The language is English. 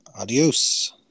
Adios